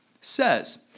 says